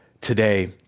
today